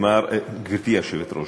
גברתי היושבת-ראש,